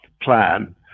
plan